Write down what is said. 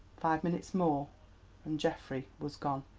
five minutes more and geoffrey was gone.